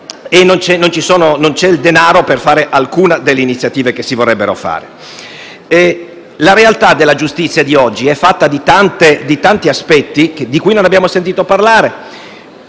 non c'è il denaro per realizzare nessuna delle iniziative che si vorrebbero fare. La realtà della giustizia di oggi è fatta di tanti aspetti di cui non abbiamo sentito parlare.